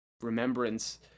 remembrance